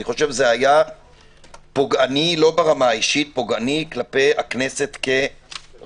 אני חושב שזה היה פוגעני לא ברמה האישית אלא כלפי הכנסת כרשות.